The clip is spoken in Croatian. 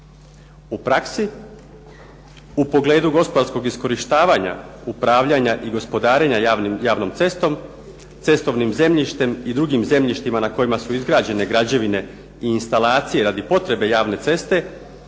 U praksi u pogledu gospodarskog iskorištavanja, upravljanja i gospodarenja javnom cestom, cestovnim zemljištem i drugim zemljištima na kojima su izgrađene građevine i instalacije radi potrebe javne ceste